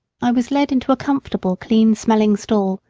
i was led into a comfortable, clean-smelling stall,